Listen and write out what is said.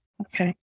Okay